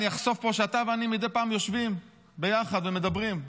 אני אחשוף פה שאתה ואני מדי פעם יושבים ביחד ומדברים.